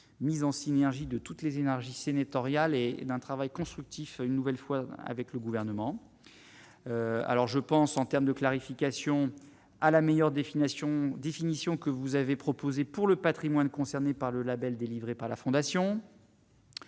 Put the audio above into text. mise en synergie de toutes les énergies, sénatoriales et d'un travail constructif, une nouvelle fois avec le gouvernement, alors je pense en termes de clarification à la meilleure définition définition que vous avez proposé pour le Patrimoine concerné par le Label délivré par la Fondation.